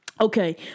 Okay